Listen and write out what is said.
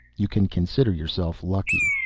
you can consider yourself lucky.